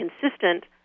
consistent